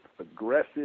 aggressive